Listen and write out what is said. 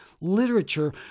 literature